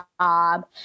job